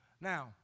Now